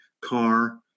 car